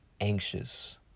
anxious